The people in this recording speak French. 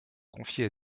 confiée